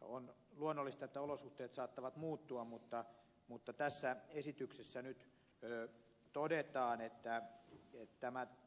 on luonnollista että olosuhteet saattavat muuttua mutta tässä esityksessä nyt todetaan että